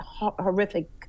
horrific